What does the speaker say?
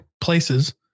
places